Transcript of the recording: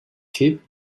keep